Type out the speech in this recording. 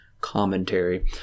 commentary